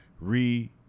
re-